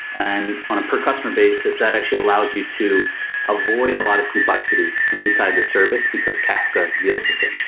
and on a per customer basis, that actually allows you to avoid a lot of complexity inside the service, because kafka deals with it.